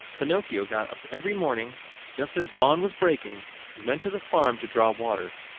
pinocchio got up every morning just as dawn was breaking and went to the farm to draw water.